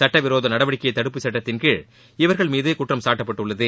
சுட்ட விரோத நடவடிக்கைகள் தடுப்புச் சட்டத்தின்கீழ் இவர்கள் மீது குற்றம் சாட்டப்பட்டுள்ளது